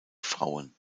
frauen